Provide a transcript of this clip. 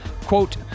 Quote